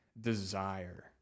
desire